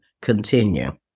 continue